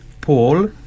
Paul